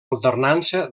alternança